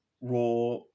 raw